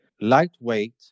lightweight